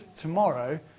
tomorrow